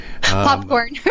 Popcorn